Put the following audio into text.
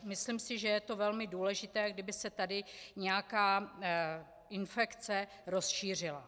Myslím si, že je to velmi důležité, kdyby se tady nějaká infekce rozšířila.